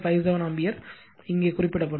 57 ampere இங்கே குறிப்பிடப்படும்